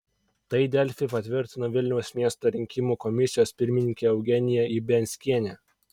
tai delfi patvirtino vilniaus miesto rinkimų komisijos pirmininkė eugenija ibianskienė